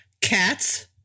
cats